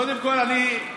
קודם כול, אני,